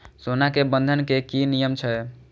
सोना के बंधन के कि नियम छै?